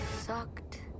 Sucked